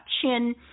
chin